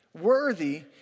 Worthy